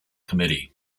committee